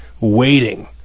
waiting